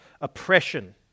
oppression